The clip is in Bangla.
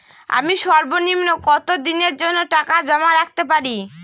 আমি সর্বনিম্ন কতদিনের জন্য টাকা জমা রাখতে পারি?